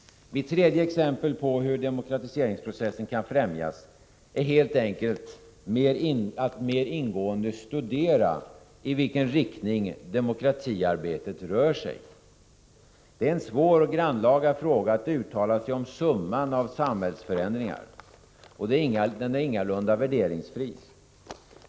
Mitt tredje exempel på hur demokratiseringsprocessen kan främjas är helt enkelt att mer ingående studera i vilken riktning demokratiarbetet rör sig. Det är en svår och grannlaga uppgift att uttala sig om summan av samhällsförändringarna, och den är ingalunda värderingsfri.